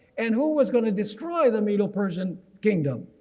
and who was going to destroy the middle persian kingdom.